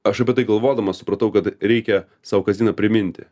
aš apie tai galvodamas supratau kad reikia sau kasdieną priminti